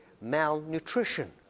malnutrition